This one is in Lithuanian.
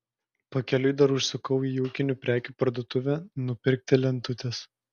pakeliui dar užsukau į ūkinių prekių parduotuvę nupirkti lentutės